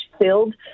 filled